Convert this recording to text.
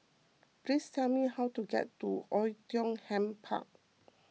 please tell me how to get to Oei Tiong Ham Park